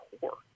core